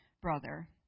brother